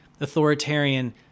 authoritarian